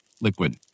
liquid